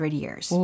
years